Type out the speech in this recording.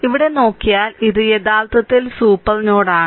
ഇവിടെ നോക്കിയാൽ ഇത് യഥാർത്ഥത്തിൽ സൂപ്പർ നോഡാണ്